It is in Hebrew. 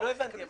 לא הבנתי.